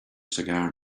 cigar